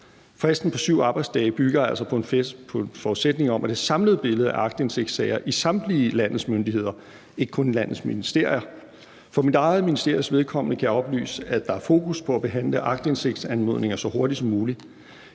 Fristen på 7 arbejdsdage bygger altså på en forudsætning om det samlede billede af aktindsigtssager i samtlige landets myndigheder – ikke kun i landets ministerier. For mit eget ministeries vedkommende kan jeg oplyse, at der er fokus på at behandle aktindsigtsanmodninger så hurtigt som muligt.